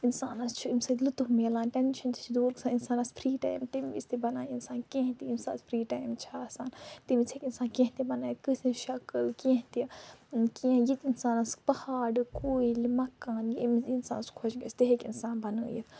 اِنسانس چھُ اَمہِ سۭتۍ لُطف مِلان ٹینشن تہِ چھُ دوٗر گژھان انسانس فرٛی ٹایِم تَمہِ وِزِ تہِ بناوِ انسان کینٛہہ تہِ ییٚمہِ ساتہٕ فری ٹایم چھُ آسان تَمہِ وِز ہیٚکہِ اِنسان کینٛہہ تہِ بنٲوِتھ کٲنسہِ ہنٛز شکل کینٛہہ تہِ کینٛہہ یہِ تہِ انسانس پہاڑٕ کُلۍ مکانہٕ یہِ اَمہِ وزٕ انسانس خۄش گژھِ تہِ ہیٚکہِ انسان بنٲوِتھ